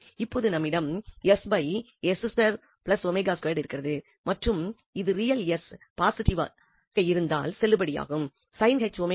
இப்பொழுது நம்மிடம்இருக்கிறது மற்றும் இது ரியல் s பாசிட்டிவாக இருந்தால் செல்லுபடியாகும்